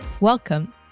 Welcome